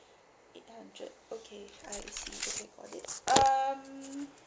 eight hundred okay I see okay got it um